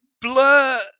Blur